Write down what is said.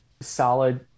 solid